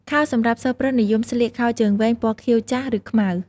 ខោសម្រាប់សិស្សប្រុសនិយមស្លៀក ខោជើងវែងពណ៌ខៀវចាស់ ឬខ្មៅ។